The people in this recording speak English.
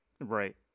Right